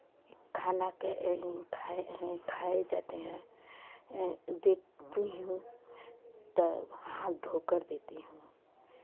खाना के खाए हैं खाए जाते हैं देती हूँ तब हाथ धोकर देती हूँ